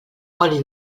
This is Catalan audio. oli